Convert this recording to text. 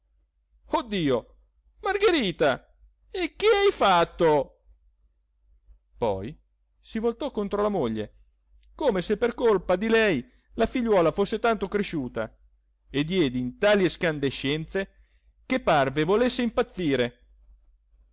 dio margherita e che hai fatto poi si voltò contro la moglie come se per colpa di lei la figliuola fosse tanto cresciuta e diede in tali escandescenze che parve volesse impazzire